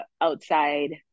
outside